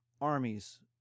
armies